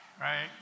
right